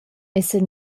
essan